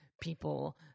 people